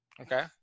Okay